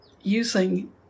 using